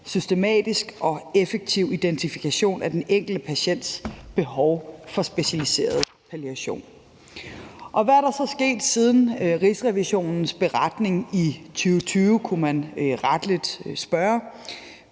systematisk og effektiv identifikation af den enkelte patients behov for specialiseret palliation. Hvad er der så sket siden Rigsrevisionens beretning i 2020, kunne man rettelig spørge?